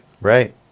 right